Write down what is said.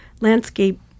landscape